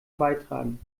beitragen